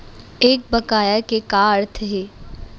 एक बकाया के का अर्थ हे?